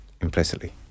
implicitly